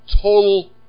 total